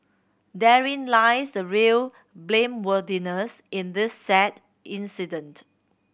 therein lies the real blameworthiness in this sad incident